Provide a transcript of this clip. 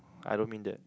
I don't mean that